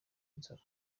inzara